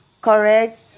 Correct